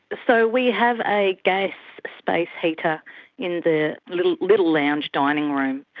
so we have a gas space heater in the little little lounge dining room.